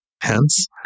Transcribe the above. hence